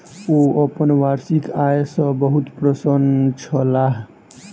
ओ अपन वार्षिक आय सॅ बहुत प्रसन्न छलाह